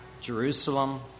Jerusalem